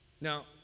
Now